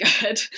good